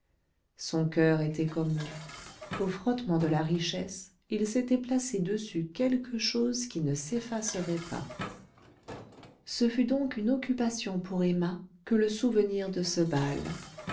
son coeur était comme eux au frottement de la richesse il s'était placé dessus quelque chose qui ne s'effacerait pas ce fut donc une occupation pour emma que le souvenir de ce bal